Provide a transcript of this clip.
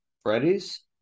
Freddy's